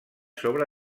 sobre